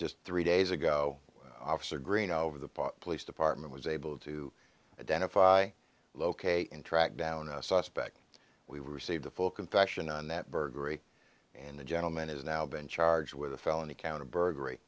just three days ago officer green over the police department was able to identify locate and track down a suspect we received a full confession on that burglary and the gentleman has now been charged with a felony count of burg